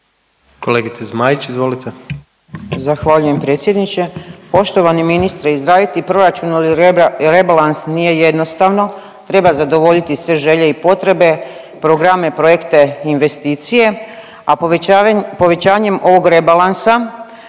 **Zmaić, Ankica (HDZ)** Zahvaljujem predsjedniče. Poštovani ministre. Izraditi proračun ili rebalans nije jednostavno treba zadovoljiti sve želje i potrebe, programe, projekte, investicije, a povećanjem ovog rebalansa